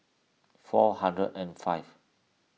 four hundred and five